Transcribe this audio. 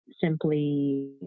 simply